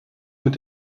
mit